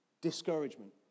discouragement